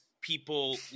people